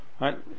Right